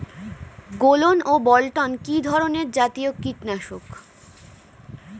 গোলন ও বলটন কি ধরনে জাতীয় কীটনাশক?